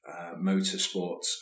motorsports